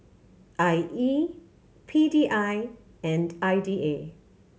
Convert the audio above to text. I E P D I and I D A